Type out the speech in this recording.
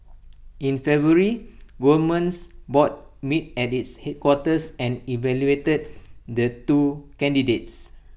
in February Goldman's board met at its headquarters and evaluated the two candidates